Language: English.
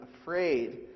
afraid